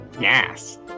Yes